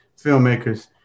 filmmakers